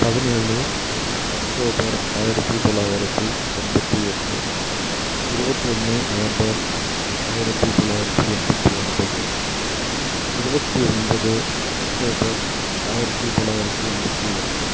பதினேழு அக்டோபர் ஆயிரத்து தொள்ளாயிரத்து எண்பத்து எட்டு இருவத்தொன்று நவம்பர் ஆயிரத்து தொள்ளாயிரத்து எண்பத்து ஒன்பது இருபத்தி ஒன்பது அக்டோபர் ஆயிரத்துதி தொள்ளாயிரத்து எண்பத்து எட்டு